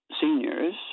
seniors